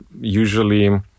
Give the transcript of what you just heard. usually